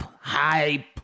Hype